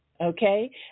okay